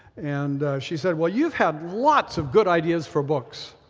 and she said, well, you've had lots of good ideas for books,